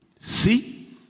See